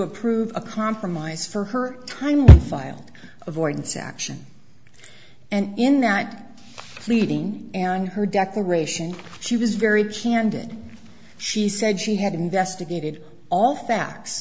approve a compromise for her time and filed avoidance action and in that meeting and her declaration she was very candid she said she had investigated all facts